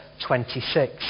26